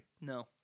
no